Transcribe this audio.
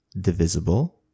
divisible